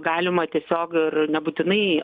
galima tiesiog nebūtinai